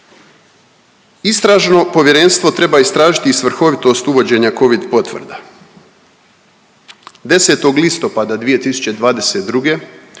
Istražno povjerenstvo treba istražiti i svrhovitost uvođenja covid potvrda. 10. listopada 2022.